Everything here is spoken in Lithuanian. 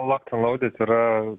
lokt en louded yra